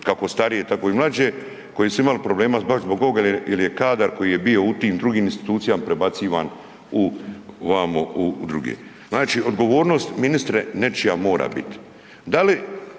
kako starije tako i mlađe koji su imali problema baš zbog ovoga jer je kadar koji je bio u tim drugim institucijama prebacivan u vamo u druge. Znači, odgovornost ministre nečija mora biti.